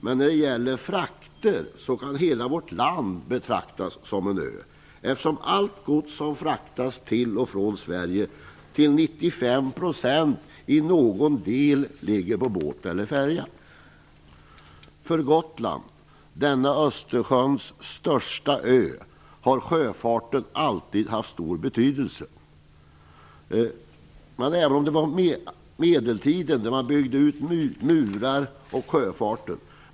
Men när det gäller frakter kan hela vårt land betraktas om en ö, eftersom allt gods som fraktas till och från Sverige till 95 % i någon del ligger på båt eller färja. För Gotland, denna Östersjöns största ö, har sjöfarten alltid haft stor betydelse. Under medeltiden byggde man murar och utökade sjöfarten.